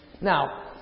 Now